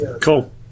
Cool